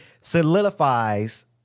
solidifies